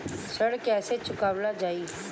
ऋण कैसे चुकावल जाई?